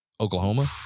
Oklahoma